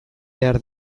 behar